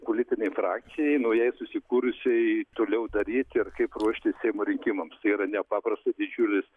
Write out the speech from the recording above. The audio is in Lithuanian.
politinei frakcijai naujai susikūrusiai toliau daryt ir kaip ruoštis seimo rinkimams tai yra nepaprastai didžiulis